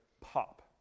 pop